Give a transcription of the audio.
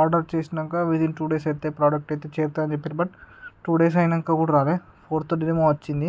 order చేసినంకా within two days అయితే product చేరుతుంది అని చెప్పిండ్రు బట్ టూ డేస్ అయినంకా కూడా రాలేదు ఫోర్త్ డే ఏమో వచ్చింది